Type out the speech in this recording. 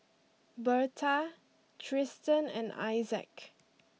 Berta Tristen and Issac